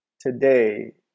today